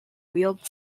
wield